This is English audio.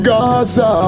Gaza